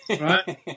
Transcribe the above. right